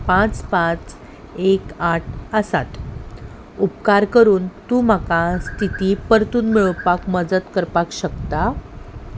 पांच पांच एक आठ आसात उपकार करून तूं म्हाका स्थिती परतून मेळोवपाक मजत करपाक शकता